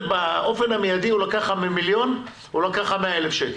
באופן המידי הוא יכול לקחת לך מהמיליון סכום של 100,000 שקלים.